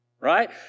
Right